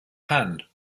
hand